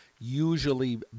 usually